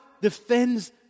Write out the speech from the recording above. defends